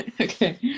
Okay